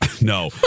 No